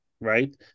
right